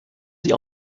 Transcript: sie